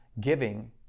Giving